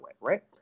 right